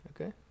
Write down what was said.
Okay